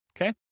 Okay